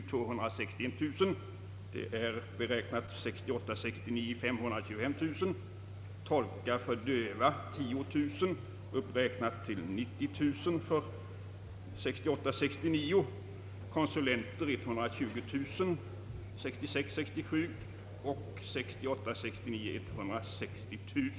För budgetåret 1968 67 ett belopp av 10000 kronor, vilket för budgetåret 1968 67 och beräknas 160 000 kronor för budgetåret 1968/69.